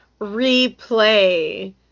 replay